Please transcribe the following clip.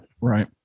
Right